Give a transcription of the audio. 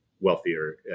wealthier